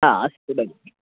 हा अस्तु भगिनि